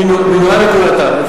מינוים וכהונתם" מה ההצעה?